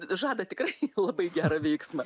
žada tikrai labai gerą veiksmą